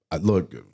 Look